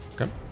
Okay